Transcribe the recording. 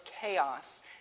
chaos